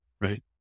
right